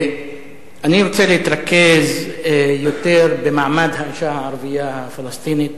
אני רוצה להתרכז יותר במעמד האשה הערבייה הפלסטינית,